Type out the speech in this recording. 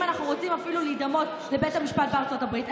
אם אנחנו רוצים אפילו להידמות לבית המשפט בארצות הברית,